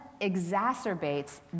exacerbates